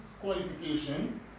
qualification